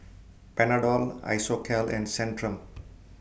Panadol Isocal and Centrum